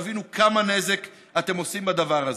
תבינו כמה נזק אתם עושים בדבר הזה.